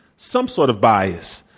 some sort of bias.